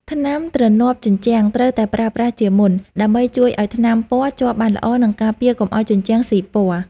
ថ្នាំទ្រនាប់ជញ្ជាំង ត្រូវតែប្រើប្រាស់ជាមុន ដើម្បីជួយឱ្យថ្នាំពណ៌ជាប់បានល្អ និងការពារកុំឱ្យជញ្ជាំងស៊ីពណ៌។